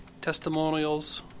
testimonials